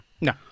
No